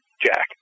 Jack